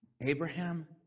Abraham